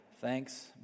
Thanks